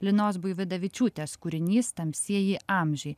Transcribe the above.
linos buividavičiūtės kūrinys tamsieji amžiai